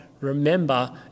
remember